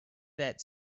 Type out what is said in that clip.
that